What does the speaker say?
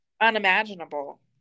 unimaginable